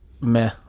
meh